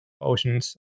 oceans